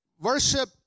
worship